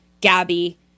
Gabby